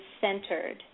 centered